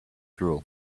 drool